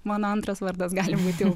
mano antras vardas gali būti